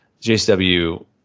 JCW